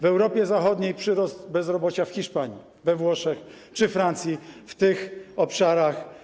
W Europie Zachodniej przyrost bezrobocia w Hiszpanii, we Włoszech czy Francji w tych obszarach.